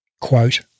quote